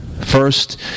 first